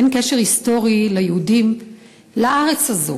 אין ליהודים קשר היסטורי לארץ הזאת.